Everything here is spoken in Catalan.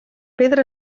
pedra